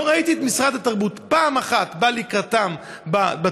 לא ראיתי את משרד התרבות פעם אחת בא לקראתן בתקצוב.